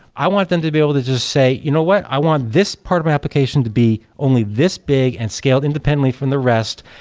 i want them to be able to just say, you know what? i want this part of my application to be only this big and scaled independently from the rest.